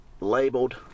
labeled